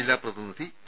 ജില്ലാ പ്രതിനിധി പി